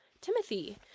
Timothy